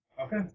Okay